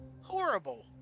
horrible